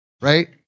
right